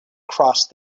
crossed